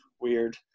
weird